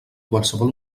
qualsevol